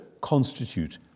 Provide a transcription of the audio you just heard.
constitute